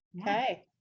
Okay